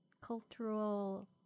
cultural